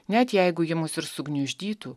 net jeigu ji mus ir sugniuždytų